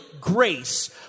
grace